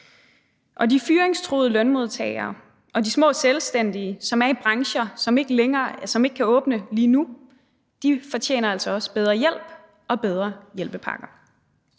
Og de fyringstruede lønmodtager og de små selvstændige, som er i brancher, som ikke kan åbne lige nu, fortjener altså også bedre hjælp og bedre hjælpepakker.